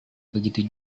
begitu